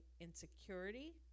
insecurity